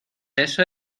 eso